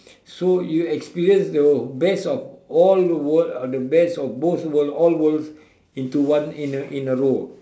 so you experience the best of all the world the best of both world all worlds into one in a in a row